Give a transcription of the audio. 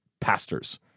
pastors